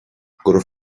gura